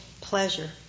pleasure